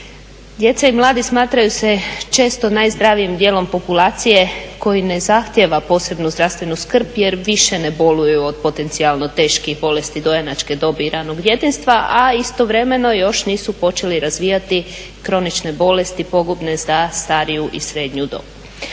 Djeca i mladi smatraju se često najzdravijim djelom populacije koji ne zahtjeva posebnu zdravstvenu skrb jer više ne boluju od potencijalno teških bolesti dojenačke dobi i ranog djetinjstva, a istovremeno još nisu počeli razvijati kronične bolesti pogubne za stariju i srednju dob.